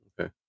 okay